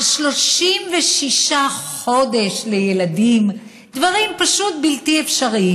על 36 חודשים לילדים, דברים פשוט בלתי אפשריים.